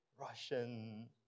Russian